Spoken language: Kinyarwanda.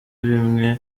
bimwe